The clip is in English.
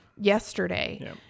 yesterday